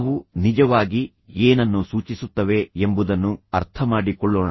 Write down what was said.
ಅವು ನಿಜವಾಗಿ ಏನನ್ನು ಸೂಚಿಸುತ್ತವೆ ಎಂಬುದನ್ನು ಅರ್ಥಮಾಡಿಕೊಳ್ಳೋಣ